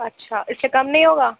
اچھا اِس سے کم نہیں ہوگا